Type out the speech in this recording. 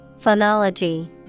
Phonology